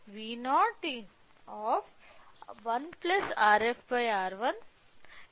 V0 1 Rf R1 x Vin కు సమానం